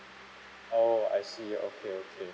oh I see okay okay